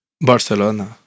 Barcelona